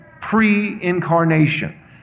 pre-incarnation